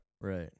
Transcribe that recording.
Right